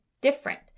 different